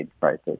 crisis